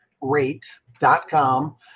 rate.com